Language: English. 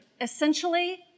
essentially